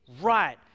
right